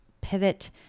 pivot